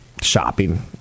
shopping